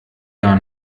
gar